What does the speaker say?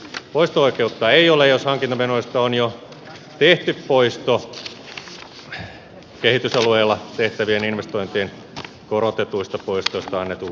poisto oikeutta ei ole jos hankintamenoista on jo tehty poisto kehitysalueella tehtävien investointien korotetuista poistoista annetun lain mukaan